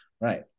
Right